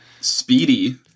Speedy